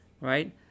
right